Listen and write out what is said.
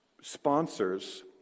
sponsors